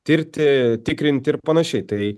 tirti tikrinti ir panašiai tai